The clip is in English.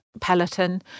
Peloton